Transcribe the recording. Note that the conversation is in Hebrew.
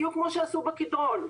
בדיוק כמו שעשו בקדרון.